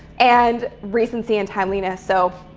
and recency and timeliness. so,